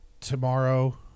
tomorrow